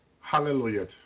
hallelujah